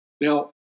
Now